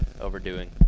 overdoing